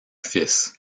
fils